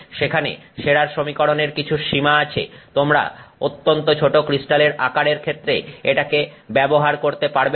সেখানে শেরার সমীকরণের কিছু সীমা আছে তোমরা অত্যন্ত ছোট ক্রিস্টালের আকারের ক্ষেত্রে এটাকে ব্যবহার করতে পারবে না